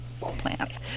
plants